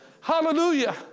Hallelujah